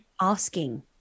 asking